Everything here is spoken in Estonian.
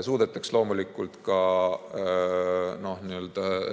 suudetaks loomulikult ka